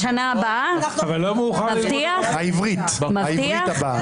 בשנה העברית הבאה.